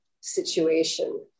situation